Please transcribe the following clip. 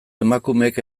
emakumeek